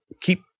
keep